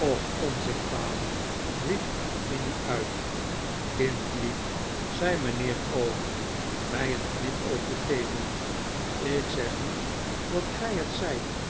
och onzin vader riep minnie uit kindlief zei mijnheer omer mij een knipoogje gevend ik zeg niet dat gij het zijt